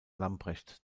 lamprecht